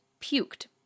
puked